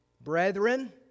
Brethren